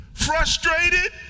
Frustrated